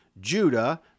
Judah